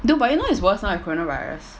dude but you know it's worse now with coronavirus